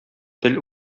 тел